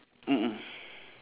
mm mm